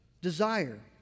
desire